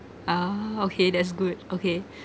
ah okay that's good okay